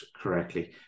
correctly